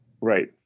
Right